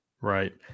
Right